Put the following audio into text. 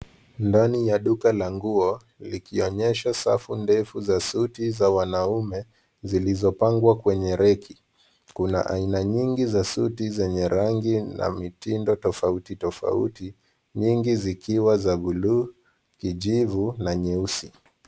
Ndani ya duka la nguo, likionyesha safu ndefu za suti za wanaume, zilizopangwa kwenye reki. Kuna aina nyingi za suti zenye rangi na mitindo tofauti tofauti, nyingi zikiwa za bluu, kijivu, na nyeusi.